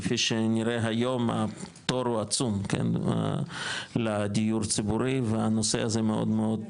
כפי שנראה היום התור הוא עצום לדיור ציבורי והנושא הזה מאוד מאוד